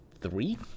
three